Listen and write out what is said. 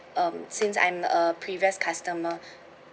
um since I'm a previous customer